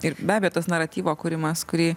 ir be abejo tas naratyvo kūrimas kurį